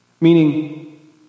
Meaning